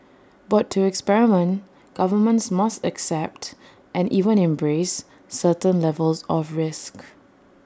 but to experiment governments must accept and even embrace certain levels of risk